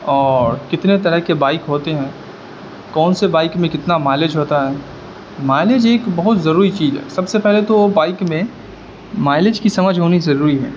اور کتنے طرح کے بائک ہوتے ہیں کون سے بائک میں کتنا مائلیج ہوتا ہے مائلیج ایک بہت ضروری چیز ہے سب سے پہلے تو بائک میں مائلیج کی سمجھ ہونی ضروری ہے